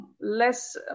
less